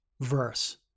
verse